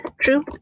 true